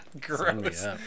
gross